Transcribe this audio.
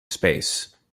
space